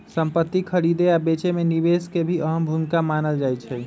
संपति खरीदे आ बेचे मे निवेश के भी अहम भूमिका मानल जाई छई